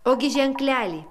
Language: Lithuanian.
ogi ženklelį